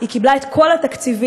היא קיבלה את כל התקציבים.